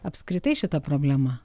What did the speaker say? apskritai šita problema